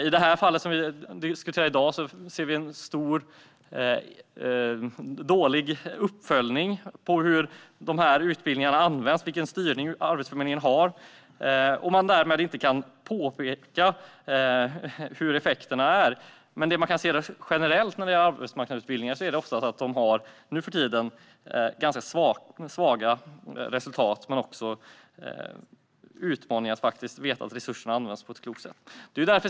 I det fall som vi diskuterar i dag finns det en dålig uppföljning av vilka utbildningar som används och av vilken styrning Arbetsförmedlingen har. Därmed kan man inte peka på vilka effekterna är. Generellt när det gäller arbetsmarknadsutbildningar har de nu för tiden ganska svaga resultat. Det är en utmaning att veta att resurserna används på ett klokt sätt.